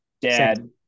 Dad